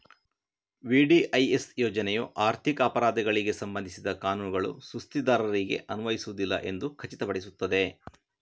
VDIS ಯೋಜನೆಯು ಆರ್ಥಿಕ ಅಪರಾಧಗಳಿಗೆ ಸಂಬಂಧಿಸಿದ ಕಾನೂನುಗಳು ಸುಸ್ತಿದಾರರಿಗೆ ಅನ್ವಯಿಸುವುದಿಲ್ಲ ಎಂದು ಖಚಿತಪಡಿಸುತ್ತದೆ